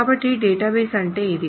కాబట్టి డేటాబేస్ అంటే ఇది